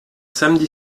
samedi